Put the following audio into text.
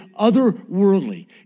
otherworldly